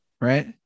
Right